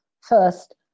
first